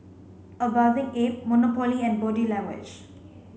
A Bathing Ape Monopoly and Body Language